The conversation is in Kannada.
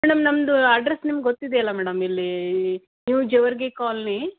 ಮೇಡಮ್ ನಮ್ಮದು ಅಡ್ರಸ್ ನಿಮ್ಗೆ ಗೊತ್ತಿದೆ ಅಲಾ ಮೇಡಮ್ ಇಲ್ಲಿ ನ್ಯೂ ಜೇವರ್ಗಿ ಕ್ವಾಲ್ನಿ